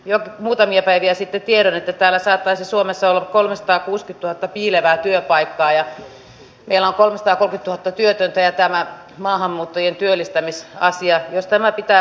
jo muutamia päiviä sitten tiedän että perheiden ja ikääntyvien ihmisten niin omaishoitajuuden kuin koti ja perhehoidonkin osalta päästään eteenpäin päästään niitten tulevaisuuden ratkaisujen kanssa eteenpäin